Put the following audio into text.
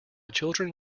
children